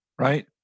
right